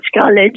college